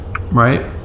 right